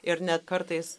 ir net kartais